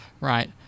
Right